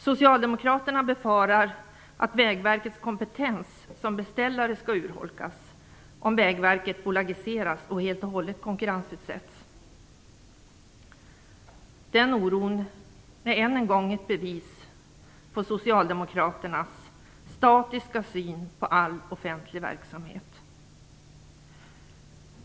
Socialdemokraterna befarar att Vägverkets kompetens som beställare skall urholkas om Vägverket bolagiseras och helt och hållet konkurrensutsätts. Den oron är än en gång ett bevis på Socialdemokraternas statiska syn på all offentlig verksamhet.